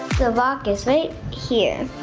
the lock is safe here.